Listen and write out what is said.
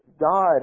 God